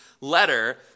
letter